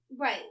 Right